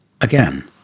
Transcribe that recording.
Again